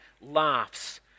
laughs